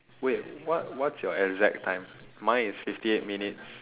wait what's what's your exact time mine is fifty eight minutes